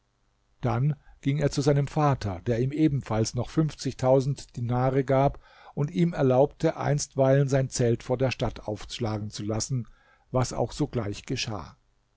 dann ging er zu seinem vater der ihm ebenfalls noch fünfzigtausend dinare gab und ihm erlaubte einstweilen sein zelt vor der stadt aufschlagen zu lassen was auch sogleich geschah